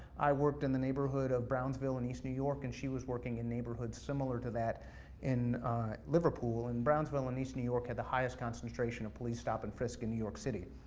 i worked in the neighborhood of brownsville in east new york and she was working in neighborhoods similar to that in liverpool. and brownsville in east new york had the highest concentration of police stop and frisk in new york city.